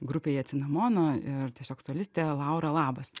grupėje cinamono ir tiesiog solistė laura labas